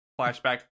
flashback